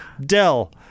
Dell